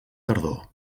tardor